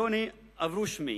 יונה אברושמי